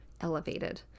elevated